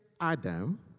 Adam